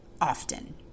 often